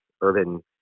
urban